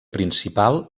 principal